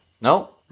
No